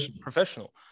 professional